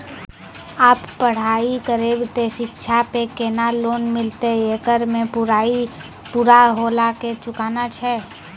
आप पराई करेव ते शिक्षा पे केना लोन मिलते येकर मे पराई पुरा होला के चुकाना छै?